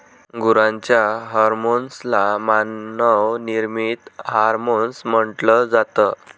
गुरांच्या हर्मोन्स ला मानव निर्मित हार्मोन्स म्हटल जात